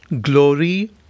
glory